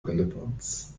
relevanz